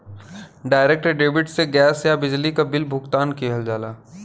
direct debit से gas या बिजली क बिल भुगतान किहल जाला